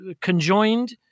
conjoined